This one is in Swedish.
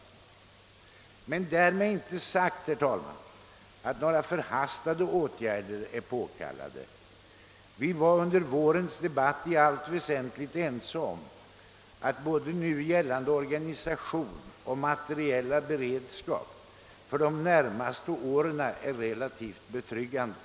Men därmed är inte sagt, herr talman, att några förhastade åtgärder är påkallade. Vi var under vårens debatt i allt väsentligt eniga om att både vår gällande organisation och vår materiella beredskap för de närmaste åren är relativt betryggande.